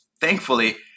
thankfully